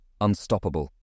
unstoppable